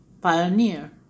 pioneer